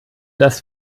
dass